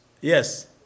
Yes